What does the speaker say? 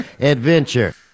Adventure